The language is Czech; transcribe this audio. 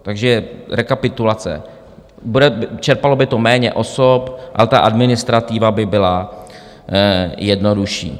Takže rekapitulace: čerpalo by to méně osob a ta administrativa by byla jednodušší.